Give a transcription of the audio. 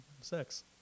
sex